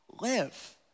live